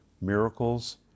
Miracles